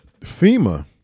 FEMA